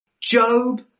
Job